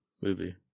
movie